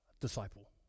disciple